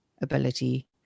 ability